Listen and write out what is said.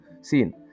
scene